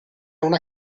una